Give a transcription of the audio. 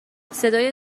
صدای